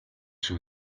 шүү